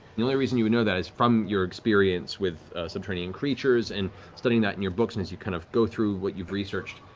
the only reason you would know that is from your experience with subterranean creatures, and studying that in your books, and as you kind of go through what you've researched,